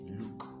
look